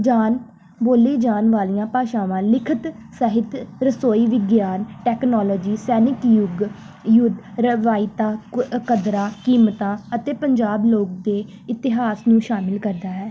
ਜਾਣ ਬੋਲੀ ਜਾਣ ਵਾਲੀਆਂ ਭਾਸ਼ਾਵਾਂ ਲਿਖਤ ਸਾਹਿਤ ਰਸੋਈ ਵਿਗਿਆਨ ਟੈਕਨੋਲੋਜੀ ਸੈਨਿਕ ਯੁੱਗ ਯੁੱਧ ਰਵਾਇਤਾਂ ਕ ਕਦਰਾਂ ਕੀਮਤਾਂ ਅਤੇ ਪੰਜਾਬ ਲੋਕ ਦੇ ਇਤਿਹਾਸ ਨੂੰ ਸ਼ਾਮਿਲ ਕਰਦਾ ਹੈ